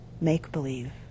make-believe